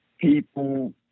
people